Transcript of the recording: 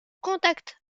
contact